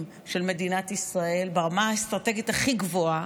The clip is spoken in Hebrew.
של מדינת ישראל ברמה האסטרטגית הכי גבוהה,